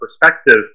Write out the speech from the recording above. perspective